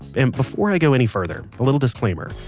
and before i go any further, a little disclaimer.